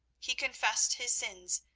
he confessed his sins.